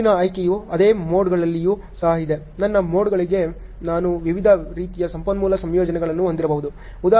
ಮುಂದಿನ ಆಯ್ಕೆಯು ಅದೇ ಮೋಡ್ಗಳಲ್ಲಿಯೂ ಸಹ ಇದೆ ನನ್ನ ಮೋಡ್ಗಳಿಗೆ ನಾನು ವಿವಿಧ ರೀತಿಯ ಸಂಪನ್ಮೂಲ ಸಂಯೋಜನೆಗಳನ್ನು ಹೊಂದಿರಬಹುದು